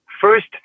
first